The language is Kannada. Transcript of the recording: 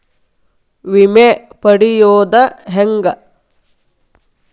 ವಿಮೆ ಪಡಿಯೋದ ಹೆಂಗ್?